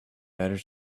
better